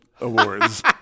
Awards